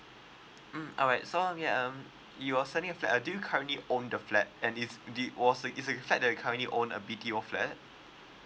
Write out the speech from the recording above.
mm alright so yeah um you're setting a flat uh do you currently own the flat and if did was is it the flat that you currently own a B_T_O flat